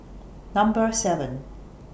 Number seven